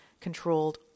controlled